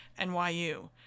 NYU